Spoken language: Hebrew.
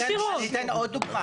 אני אתן עוד דוגמה.